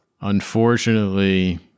Unfortunately